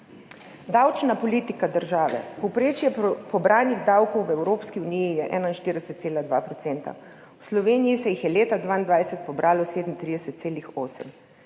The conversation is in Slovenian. Davčna politika države. Povprečje pobranih davkov v Evropski uniji je 41,2 %, v Sloveniji se jih je leta 2022 pobralo 37,8,